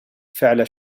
فعل